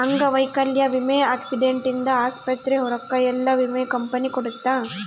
ಅಂಗವೈಕಲ್ಯ ವಿಮೆ ಆಕ್ಸಿಡೆಂಟ್ ಇಂದ ಆಸ್ಪತ್ರೆ ರೊಕ್ಕ ಯೆಲ್ಲ ವಿಮೆ ಕಂಪನಿ ಕೊಡುತ್ತ